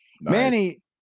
Manny